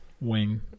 wing